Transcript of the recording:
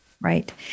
Right